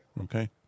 Okay